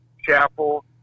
Chapel